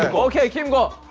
ok. kim but